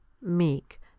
meek